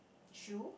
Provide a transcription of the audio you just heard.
shoe